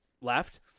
left